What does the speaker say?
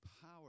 power